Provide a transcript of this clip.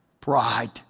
Pride